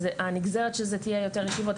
אז הנגזרת של זה תהיה יותר ישיבות.